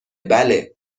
بله